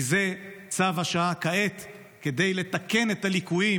כי זה צו השעה כעת כדי לתקן את הליקויים